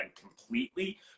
completely